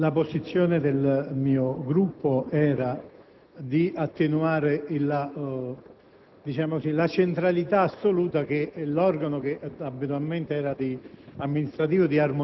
La posizione del mio Gruppo era di attenuare la